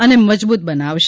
અને મજબૂત બનાવશે